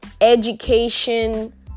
education